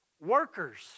workers